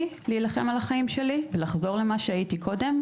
להילחם על החיים שלי ולחזור למה שהייתי קודם,